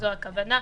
זו הכוונה.